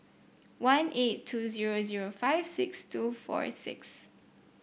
one eight two zero zero five six two four six